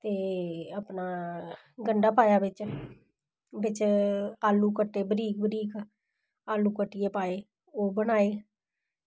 ते अपना गंडा पाया बिच बिच आलू कट्टे बरीक बरीक आलू कट्टियै पाये ओह् बनाये